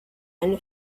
eine